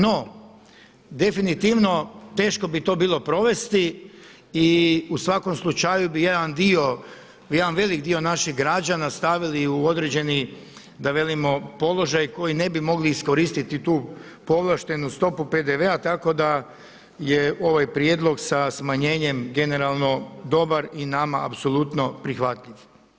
No, definitivno teško bi to bilo provesti i u svakom slučaju bi jedan dio, jedan velik dio naših građana stavili u određeni da velimo položaj koji ne bi mogli iskoristiti tu povlaštenu stopu PDV-a, tako da je ovaj prijedlog sa smanjenjem generalno dobar i nama apsolutno prihvatljiv.